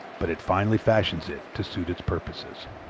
but it finally fashions it to suit its purposes.